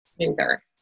smoother